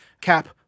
Cap